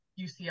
UCLA